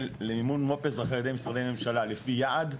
למימון מו"פ על ידי משרדי ממשלה לפי יעד,